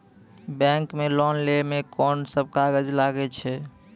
Bank मे loan लै मे कोन सब कागज लागै छै?